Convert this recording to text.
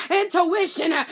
intuition